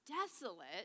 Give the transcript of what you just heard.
desolate